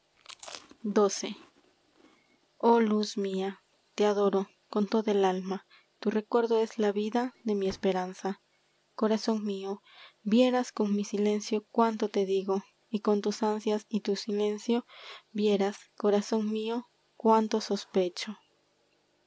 xii h luz mía te adoro con toda el alma es tu recuerdo la vida de mi esperanza corazón mío vieras con mi silencio cuánto te y y con tus digo ansias tu silencio vieras corazón mío cuánto sospecho